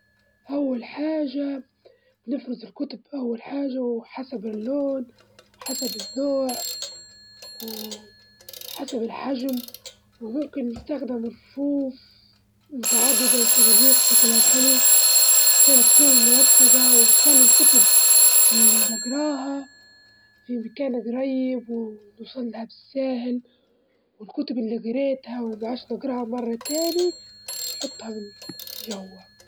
أول حاجة نطفي الفرن ونخليه يبرد، وبعدين نستخدم منظف خاص للفرن أو نخلي الخليط من بيكربونات الصوديوم والمية على الجدران ونسيب شوية حلوات وبعدين نمسحه وبعدين ننضف الرفوف.